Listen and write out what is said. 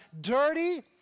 dirty